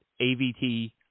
AVT